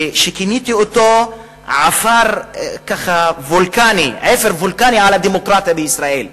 שכיניתי אותו "אפר וולקני על הדמוקרטיה בישראל",